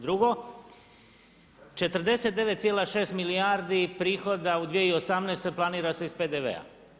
Drugo, 49,6 milijardi prihoda u 2018. planira se iz PDV-a.